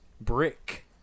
Brick